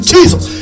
Jesus